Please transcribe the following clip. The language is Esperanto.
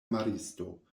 maristo